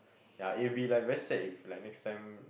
ya it will be like very sad if like next time